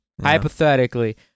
hypothetically